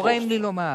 גורם לי לומר